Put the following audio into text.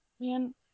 man